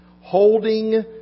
Holding